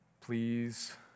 Please